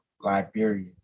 Liberia